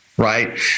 Right